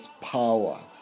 power